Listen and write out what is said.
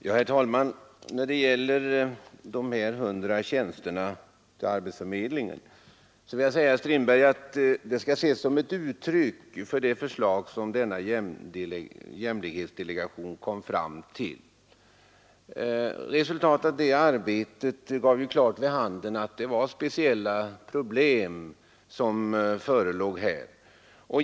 Herr talman! Till herr Strindberg vill jag säga att de 100 tjänsterna till arbetsförmedlingen skall ses som ett uttryck för det förslag som jämlikhetsdelegationen kom fram till. Resultatet av det arbetet gav klart vid handen att här förelåg speciella problem.